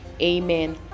Amen